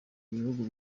ibihugu